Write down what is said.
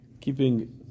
keeping